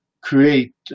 create